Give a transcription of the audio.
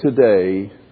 today